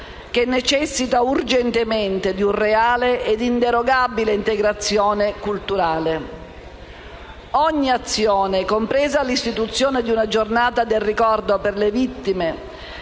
che necessita urgentemente di una reale ed inderogabile integrazione culturale. Ogni azione, compresa l'istituzione di una Giornata di ricordo per le vittime